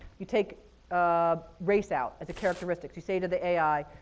you take um race out as a characteristic. you say to the ai,